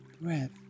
breath